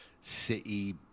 city